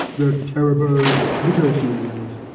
they're terrible negotiators.